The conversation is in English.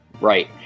Right